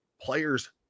players